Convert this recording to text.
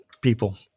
people